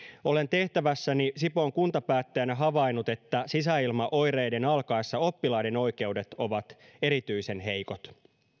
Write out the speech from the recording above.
olen tehtävässäni sipoon kuntapäättäjänä havainnut että sisäilmaoireiden alkaessa oppilaiden oikeudet ovat erityisen heikot